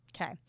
Okay